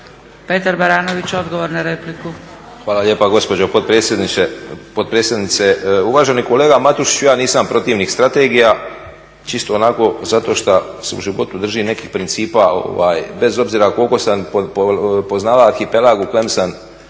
**Baranović, Petar (Nezavisni)** Hvala lijepo gospođo potpredsjednice. Uvaženi kolega Matušiću ja nisam protivnik strategija čisto onako zato što se u životu držim nekih principa bez obzira koliko sam poznavao Arhipelag u kojem sam